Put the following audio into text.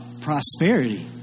Prosperity